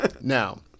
Now